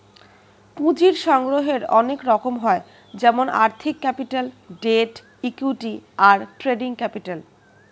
পুঁজির সংগ্রহের অনেক রকম হয় যেমন আর্থিক ক্যাপিটাল, ডেট, ইক্যুইটি, আর ট্রেডিং ক্যাপিটাল